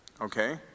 okay